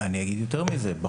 יתרה מזאת,